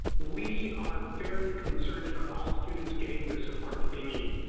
we are very concerned about all students getting the support they need.